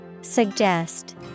Suggest